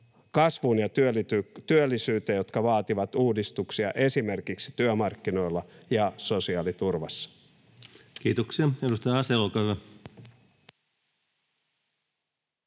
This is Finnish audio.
kasvuun ja työllisyyteen, jotka vaativat uudistuksia esimerkiksi työmarkkinoilla ja sosiaaliturvassa. [Speech 68] Speaker: